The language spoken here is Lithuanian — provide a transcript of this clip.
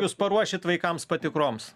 jūs paruošit vaikams patikroms